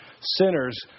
sinners